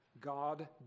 God